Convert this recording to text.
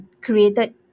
created